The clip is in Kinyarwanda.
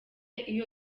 iyo